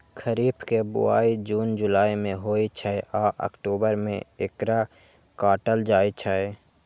खरीफ के बुआई जुन जुलाई मे होइ छै आ अक्टूबर मे एकरा काटल जाइ छै